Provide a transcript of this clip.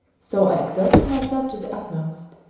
so i exerted myself to the utmost.